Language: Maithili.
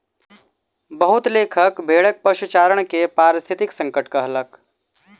बहुत लेखक भेड़क पशुचारण के पारिस्थितिक संकट कहलक